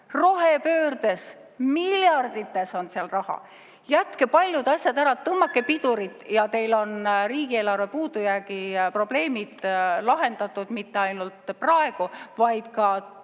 rohepöördes – miljardites on seal raha. Jätke paljud asjad ära, tõmmake pidurit, ja teil on riigieelarve puudujäägi probleemid lahendatud mitte ainult praegu, vaid ka tulevikus